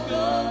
go